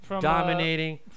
dominating